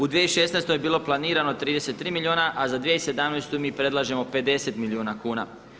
U 2016. je bilo planirano 33 milijuna a za 2017. mi predlažemo 50 milijuna kuna.